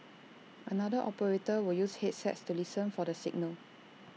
another operator will use headsets to listen for the signal